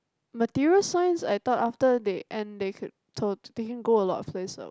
material science I thought after they end they could totally go a lot of places